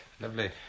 Lovely